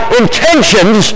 intentions